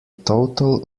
total